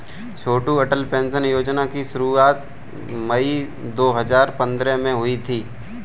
छोटू Atal pension योजना की शुरुआत मई दो हज़ार पंद्रह में हुई थी